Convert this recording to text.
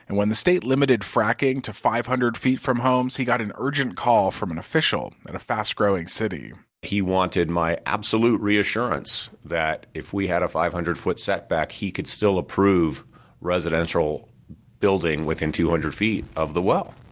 and when the state limited fracking to five hundred feet from homes, he got an urgent call from an official in a fast-growing city he wanted my absolute reassurance that if we had a five hundred foot setback he could still approve residential building within two hundred feet of the well,